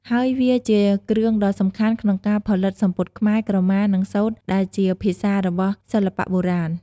ហើយវាជាគ្រឿងដ៏សំខាន់ក្នុងការផលិតសំពត់ខ្មែរ ក្រមា និងសូត្រដែលជាភាសារបស់សិល្បៈបុរាណ។